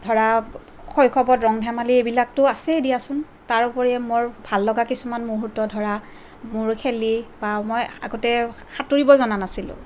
ধৰা শৈশৱত ৰং ধেমালি এইবিলাকতো আছেই দিয়াচোন তাৰ উপৰি মোৰ ভাললগা কিছুমান মুহূৰ্ত ধৰা মোৰ খেলি বা মই আগতে সাঁতুৰিব জনা নাছিলোঁ